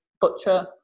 butcher